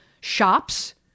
shops